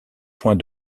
point